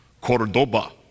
Cordoba